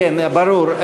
ברור.